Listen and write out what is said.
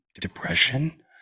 depression